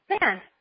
man